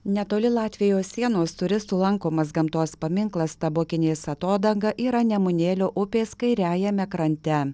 netoli latvijos sienos turistų lankomas gamtos paminklas tabokinės atodanga yra nemunėlio upės kairiajame krante